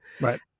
Right